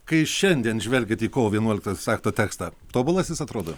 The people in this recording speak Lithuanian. kai šiandien žvelgiat į kovo vienuoliktosios akto tekstą tobulas jis atrodo